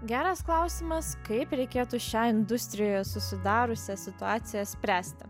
geras klausimas kaip reikėtų šią industrijoje susidariusią situaciją spręsti